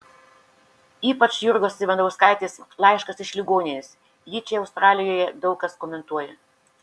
ypač jurgos ivanauskaitės laiškas iš ligoninės jį čia australijoje daug kas komentuoja